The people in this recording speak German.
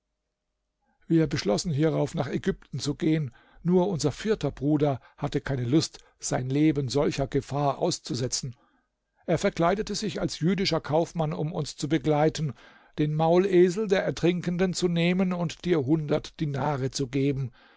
wir beschlossen hierauf nach ägypten zu gehen nur unser vierter bruder hatte keine lust sein leben solcher gefahr auszusetzen er verkleidete sich als jüdischer kaufmann um uns zu begleiten den maulesel der ertrinkenden zu nehmen und dir hundert dinare zu geben